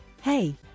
Hey